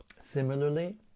Similarly